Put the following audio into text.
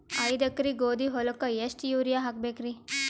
ಐದ ಎಕರಿ ಗೋಧಿ ಹೊಲಕ್ಕ ಎಷ್ಟ ಯೂರಿಯಹಾಕಬೆಕ್ರಿ?